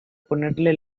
ponerle